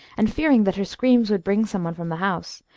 and fearing that her screams would bring some one from the house,